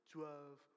Twelve